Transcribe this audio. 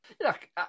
Look